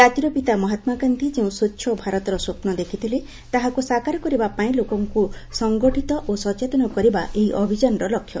ଜାତିର ପିତା ମହାତ୍ମା ଗାନ୍ଧୀ ଯେଉଁ ସ୍ୱଚ୍ଛ ଭାରତର ସ୍ୱପ୍ନ ଦେଖିଥିଲେ ତାହାକୁ ସାକାର କରିବା ପାଇଁ ଲୋକଙ୍କୁ ସଂଗଠିତ ଓ ସଚେତନ କରିବା ଏହି ଅଭିଯାନର ଲକ୍ଷ୍ୟ